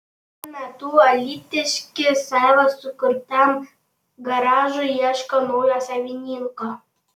šiuo metu alytiškis savo sukurtam garažui ieško naujo savininko